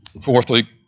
Fourthly